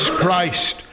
Christ